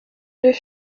deux